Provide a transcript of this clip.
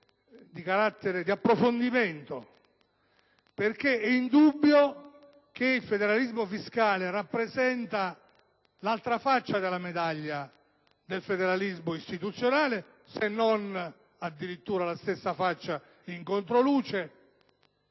il federalismo fiscale rappresenta l'altra faccia della medaglia del federalismo istituzionale, se non addirittura la stessa faccia in controluce.